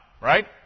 right